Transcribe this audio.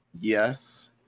Yes